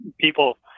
people